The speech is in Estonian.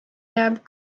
jääb